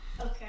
Okay